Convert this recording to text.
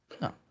No